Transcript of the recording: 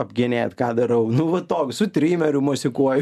apgenėt ką darau nu va to su trimeriu mosikuoju